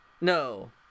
No